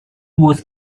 was